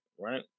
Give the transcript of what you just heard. right